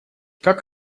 как